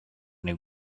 new